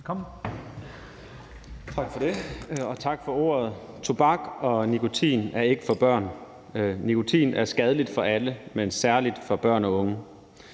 Velkommen.